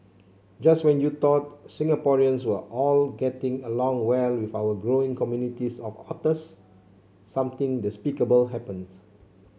just when you thought Singaporeans were all getting along well with our growing communities of otters something despicable happens